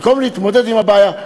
במקום להתמודד עם הבעיה?